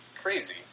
crazy